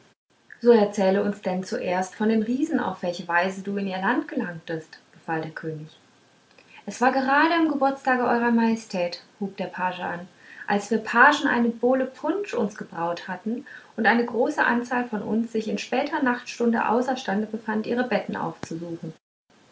so erzähle uns denn zuerst von den riesen und auf welche weise du in ihr land gelangtest befahl der könig es war grade am geburtstage eurer majestät hub der page an als wir pagen eine bowle punsch uns gebraut hatten und eine große anzahl von uns sich in später nachtstunde außerstande befand ihre betten aufzusuchen